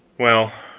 well,